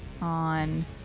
on